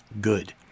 good